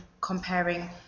comparing